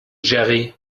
jerry